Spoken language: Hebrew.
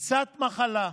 קצת מחלה,